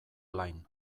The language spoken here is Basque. lain